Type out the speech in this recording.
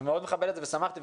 אני מאוד מכבד את זה ושמחתי,